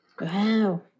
Wow